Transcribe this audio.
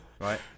Right